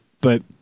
but-